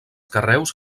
carreus